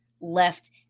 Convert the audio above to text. left